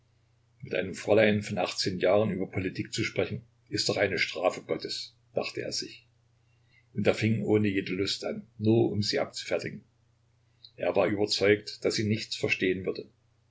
mit einem fräulein von achtzehn jahren über politik zu sprechen ist doch eine strafe gottes dachte er sich und er fing ohne jede lust an nur um sie abzufertigen er war überzeugt daß sie nichts verstehen würde